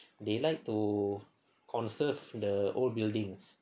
they like to conserve the old buildings